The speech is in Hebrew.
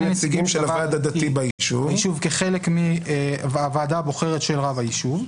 נציגים של הוועד הדתי ביישוב כחלק מהוועדה הבוחרת של רב היישוב.